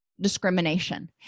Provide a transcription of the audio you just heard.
discrimination